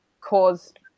caused